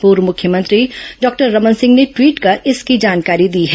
पूर्व मुख्यमंत्री डॉक्टर रमन सिंह ने ट्वीट कर इसकी जानकारी दी है